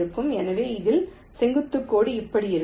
எனவே இதில் செங்குத்து கோடு இப்படி இருக்கும்